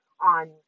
on